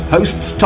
Hosts